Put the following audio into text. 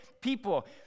people